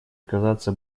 оказаться